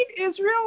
Israel